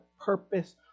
purpose